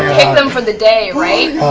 pick them for the day, right?